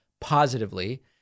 positively